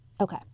Okay